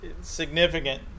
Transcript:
significant